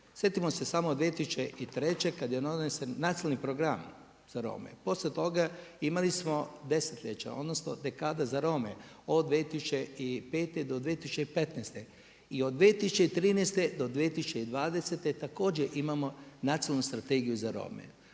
Sjetimo se samo 2003. kada je donesen Nacionalni program za Rome, poslije toga imali smo desetljeća odnosno dekade za Rome od 2005. do 2015. i od 2013. do 2020. također imamo Nacionalnu strategiju za Rome